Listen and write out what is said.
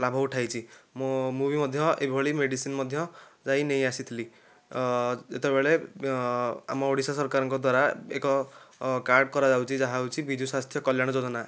ଲାଭ ଉଠାଇଛି ମୁଁ ମୁଁ ବି ମଧ୍ୟ ଏଭଳି ମେଡ଼ିସିନ୍ ମଧ୍ୟ ଯାଇ ନେଇ ଆସିଥିଲି ଯେତେବେଳେ ଆମ ଓଡ଼ିଶା ସରକାରଙ୍କ ଦ୍ୱାରା ଏକ କାର୍ଡ଼ କରାଯାଉଛି ଯାହା ହେଉଛି ବିଜୁ ସ୍ୱାସ୍ଥ୍ୟ କଲ୍ୟାଣ ଯୋଜନା